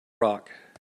rock